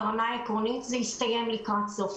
זה הסתיים ברמה העקרונית לקראת סוף